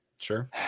Sure